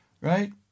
right